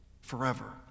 forever